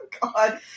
God